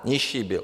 Nižší byl.